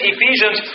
Ephesians